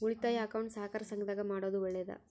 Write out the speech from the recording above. ಉಳಿತಾಯ ಅಕೌಂಟ್ ಸಹಕಾರ ಸಂಘದಾಗ ಮಾಡೋದು ಒಳ್ಳೇದಾ?